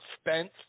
Spence